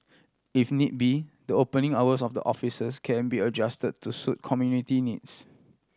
if need be the opening hours of the offices can be adjust to suit community needs